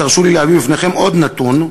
תרשו לי להביא בפניכם עוד נתון: